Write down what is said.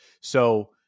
So-